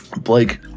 Blake